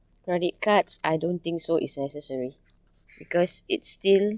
credit cards I don't think so is necessary because it's still